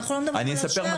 אנחנו מדברים על הרשעה.